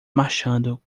marchando